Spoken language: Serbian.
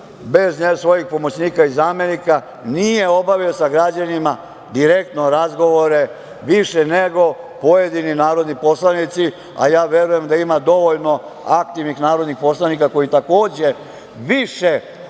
bez svojih pomoćnika i zamenika nije obavio sa građanima direktno razgovore više nego pojedini narodni poslanici. Verujem da ima da ima dovoljno aktivnih narodnih poslanika koji takođe više